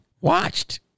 watched